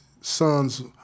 son's